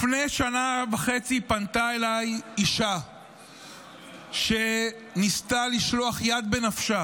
לפני שנה וחצי פנתה אליי אישה שניסתה לשלוח יד בנפשה,